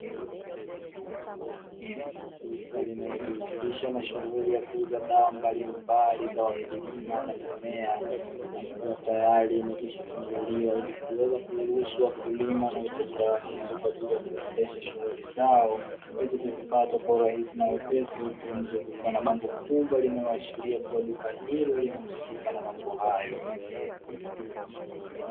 Duka linalojihusisha na shughuli ya kuuza dawa mbalimbali za wakulima na mimea akiwa tayari amekwishafunguliwa ili kuweza kuruhusu wa kulima wanaohitaji dawa hizo kwa ajili ya kuendesha shughuli zao waweze kuzipata kwa rahisi na wepesi. Huko nje kukiwa na bango kubwa linaloashiria kuwa duka hili linahusika na mambo hayo.